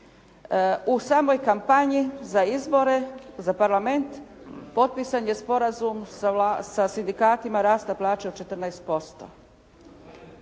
u samoj kampanji za izbore, za Parlament potpisan je sporazum sa sindikatima o rastu plaća od 14%.